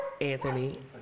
Anthony